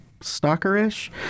stalker-ish